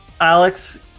Alex